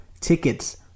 Tickets